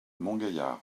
montgaillard